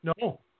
No